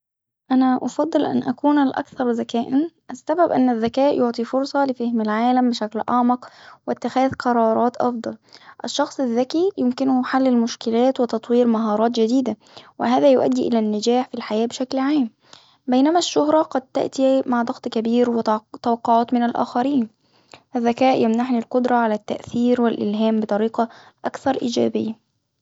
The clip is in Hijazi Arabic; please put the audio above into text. أنا أفضل أن أكون الأكثر ذكاء، السبب أن الذكاء يعطي فرصة لفهم العالم بشكل أعمق وإتخاذ قرارات أفضل، الشخص الذكي يمكنه حل المشكلات وتطوير مهارات جديدة، وهذا يؤدي إلى النجاح في الحياة بشكل عام. بينما الشهرة قد تأتي مع ضغط كبير و توقعات من الاخرين، الذكاء يمنحني القدرة على التأثير والالهام بطريقة أكثر ايجابية.